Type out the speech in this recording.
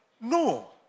No